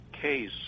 case